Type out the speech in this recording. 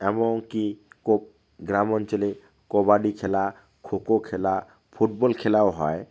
এমনকি কো গ্রাম অঞ্চলে কবাডি খেলা খোখো খেলা ফুটবল খেলাও হয়